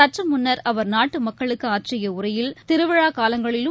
சற்றமுன்னர் அவர் நாட்டுமக்களுக்கு ஆற்றிய உரையில் திருவிழாக்காலங்களிலும்